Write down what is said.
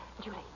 Julie